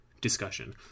discussion